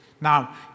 Now